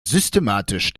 systematisch